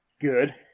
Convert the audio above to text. Good